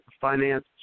finance